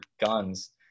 guns